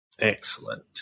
Excellent